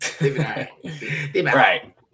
right